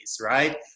right